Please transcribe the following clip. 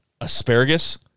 asparagus